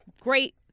great